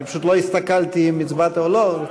אני פשוט לא הסתכלתי אם הצבעת או לא.